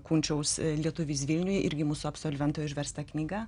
kunčiaus lietuvis vilniuj irgi mūsų absolventų išversta knyga